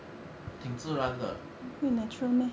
挺自然的